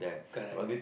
correct